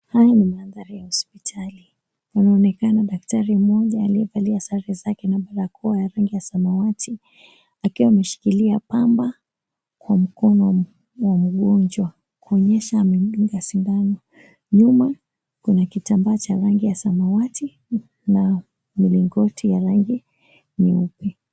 Haya ni mandhari ya hospitali. Anaonekana daktari mmoja aliyevalia sare zake na barakoa ya rangi ya samawati, akiwa ameshikilia pamba kwa mkono wa mgonjwa kuonyesha amemdunga sindano. Nyuma kuna kitambaa cha rangi ya samawati na mlingoti ya rangi nyeupe.